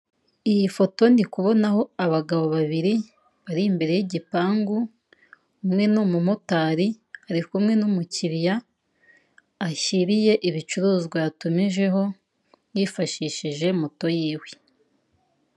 Iyi foto ndi kubonaho abagabo babiri bari imbere y'igipangu, umwe ni umumotari ari kumwe n'umukiriya ashyiriye ibicuruzwa yatumijeho yifashishije moto yiwe.